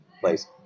place